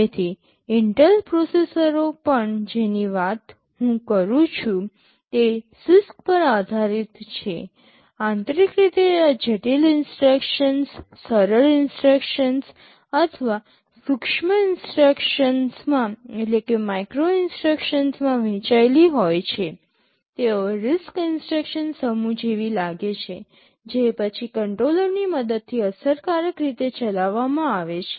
તેથી ઇન્ટેલ પ્રોસેસરો પણ જેની હું વાત કરું છું તે CISC પર આધારિત છે આંતરિક રીતે આ જટિલ ઇન્સટ્રક્શન્સ સરળ ઇન્સટ્રક્શન્સ અથવા સૂક્ષ્મ ઇન્સટ્રક્શન્સમાં વહેંચાયેલી હોય છે તેઓ RISC ઇન્સટ્રક્શન સમૂહ જેવી લાગે છે જે પછી કંટ્રોલરની મદદથી અસરકારક રીતે ચલાવવામાં આવે છે